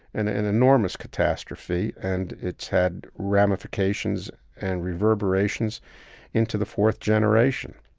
and an enormous catastrophe. and it's had ramifications and reverberations into the fourth generation.